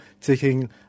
taking